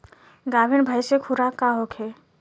गाभिन भैंस के खुराक का होखे?